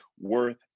worth